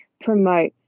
promote